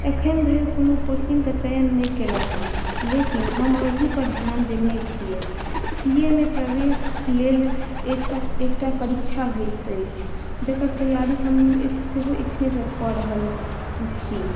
अखन धरि कोनो कोचिंगके चयन नहि केलहुँ हेँ लेकिन हम एहीपर ध्यान देने छियै सी ए मे प्रवेशके लेल एकटा परीक्षा होइत अछि जकर तैआरी हम सेहो एखनेसँ कऽ रहल छी